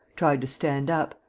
tried to stand up,